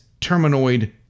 Terminoid